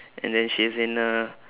and then she's in uh